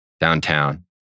downtown